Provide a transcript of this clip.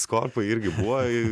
skorpai irgi buvo